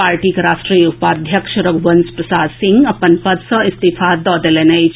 पार्टीक राष्ट्रीय उपाध्यक्ष रघुवंश प्रसाद सिंह अपन पद सॅ इस्तीफा दऽ देलनि अछि